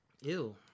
Ew